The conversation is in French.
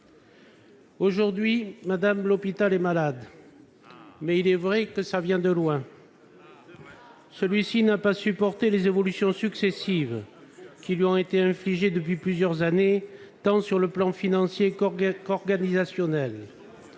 Aujourd'hui, l'hôpital est malade, mais il est vrai que cela vient de loin. L'hôpital n'a pas supporté les évolutions successives qui lui ont été infligées depuis plusieurs années, tant en matière financière que pour son